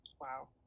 Wow